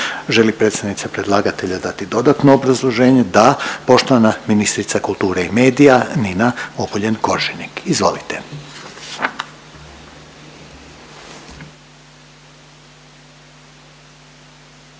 li predstavnica predlagatelja dati dodatno obrazloženje? Da. Poštovana ministrica kulture i medija Nina Obuljen Koržinek, izvolite.